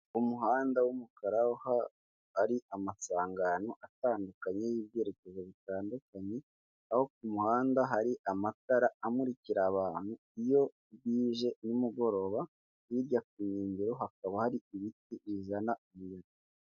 Umuhanda w'umukara aho hari amasangano atandukanye y'ibyerekezo bitandukanye aho ku muhanda hari amatara amurikira abantu iyo bwije nimugoroba, hirya ku nkengero hakaba hari ibiti bizana umuriro.